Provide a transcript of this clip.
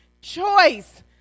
choice